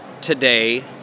today